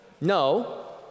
No